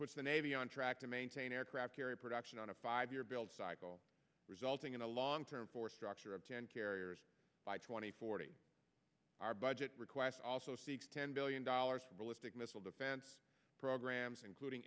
puts the navy on track to maintain aircraft carrier production on a five year build cycle resulting in a long term force structure of ten carriers by two thousand and forty our budget request also seeks ten billion dollars for ballistic missile defense programs including